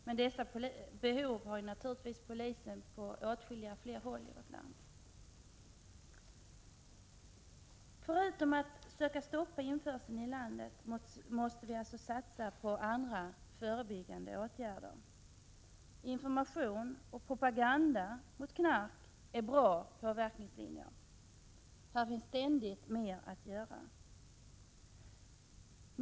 Men samma behov har polisen på åtskilliga håll i vårt land. Förutom att stoppa införseln i landet måste vi alltså satsa på andra förebyggande åtgärder. Information och propaganda mot knark är bra påverkningslinjer. Här finns ständigt mer att göra.